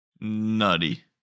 Nutty